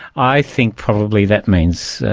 i think probably that means,